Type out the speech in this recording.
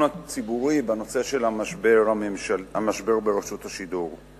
הציבורי בנושא של המשבר ברשות השידור.